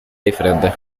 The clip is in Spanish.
diferente